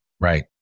Right